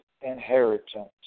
inheritance